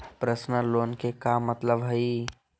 Personal loan के का मतलब हई?